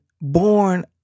Born